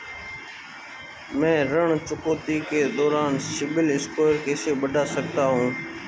मैं ऋण चुकौती के दौरान सिबिल स्कोर कैसे बढ़ा सकता हूं?